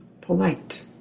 Polite